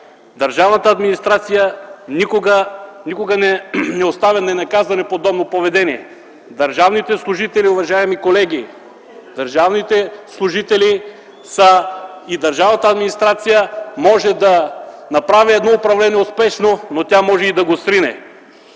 държавната администрация никога не оставя ненаказано подобно поведение. Държавните служители, уважаеми колеги, държавната администрация може да направи едно управление успешно, но тя може и да го срине.